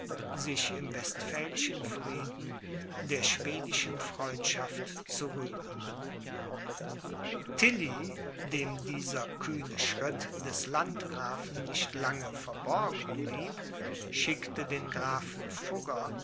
sich im westphälischen frieden der schwedischen freundschaft zu rühmen tilly dem dieser kühne schritt des landgrafen nicht lange verborgen blieb schickte den grafen